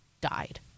died